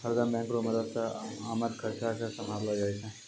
हरदम बैंक रो मदद से आमद खर्चा के सम्हारलो जाय छै